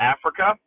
Africa